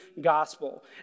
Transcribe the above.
gospel